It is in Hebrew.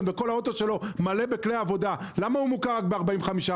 וכל האוטו שלו מלא בכלי עבודה למה הוא מוכר רק ב-45%?